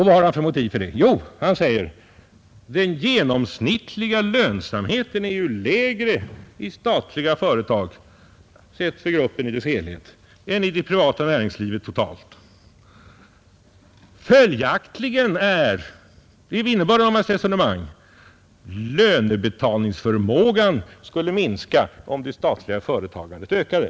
Vad har han för motiv för det? Jo, han säger: Den genomsnittliga lönsamheten är ju lägre i statliga företag, sett för gruppen i dess helhet, än i det privata näringslivet totalt. Följaktligen skulle — det är innebörden av hans resonemang — lönebetalningsförmågan minska om det statliga företagandet ökade.